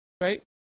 right